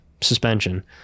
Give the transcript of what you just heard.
suspension